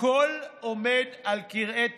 הכול עומד על כרעי תרנגולת,